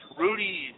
Rudy